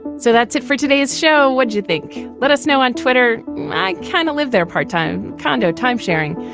so that's it for today's show. show. what do you think? let us know on twitter. i kind of live there. part time kondo timesharing.